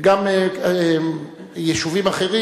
גם יישובים אחרים,